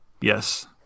Yes